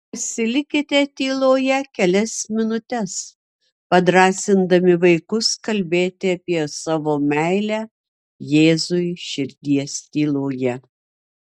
pasilikite tyloje kelias minutes padrąsindami vaikus kalbėti apie savo meilę jėzui širdies tyloje